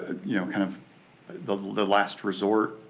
you know kind of the last resort